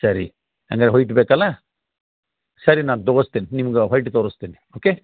ಸರಿ ಹಂಗಾದ್ರೆ ವ್ಹೈಟ್ ಬೇಕಲ್ಲ ಸರಿ ನಾನು ತಗಸ್ತೀನ್ ನಿಮ್ಗೆ ವ್ಹೈಟ್ ತೋರಿಸ್ತೀನಿ ಓಕೆ